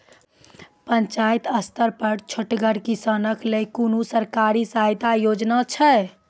पंचायत स्तर पर छोटगर किसानक लेल कुनू सरकारी सहायता योजना छै?